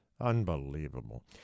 Unbelievable